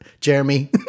Jeremy